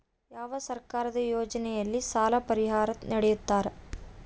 ಯಾವ ಸರ್ಕಾರದ ಯೋಜನೆಯಲ್ಲಿ ಸಾಲ ಪರಿಹಾರ ನೇಡುತ್ತಾರೆ?